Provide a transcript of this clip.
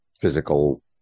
physical